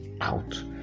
out